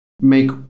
make